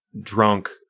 Drunk